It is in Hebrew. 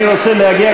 אני רוצה להגיע,